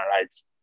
rights